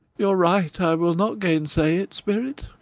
you're right. i will not gainsay it, spirit.